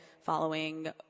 following